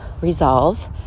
resolve